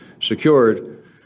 secured